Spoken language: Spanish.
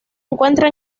encuentra